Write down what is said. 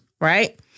right